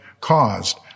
caused